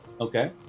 Okay